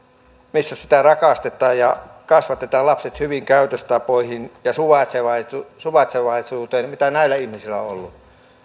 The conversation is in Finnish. missä häntä rakastetaan ja kasvatetaan lapset hyviin käytöstapoihin ja suvaitsevaisuuteen mitä näillä ihmisillä on ollut